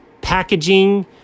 Packaging